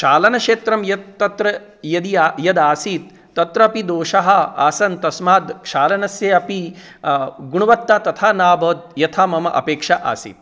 क्षालनक्षेत्रं यत् तत्र यदि यद् आसीत् तत्र अपि दोषाः आसन् तस्मात् क्षालनस्य अपि गुणवत्ता तथा न अभवत् यथा मम अपेक्षा आसीत्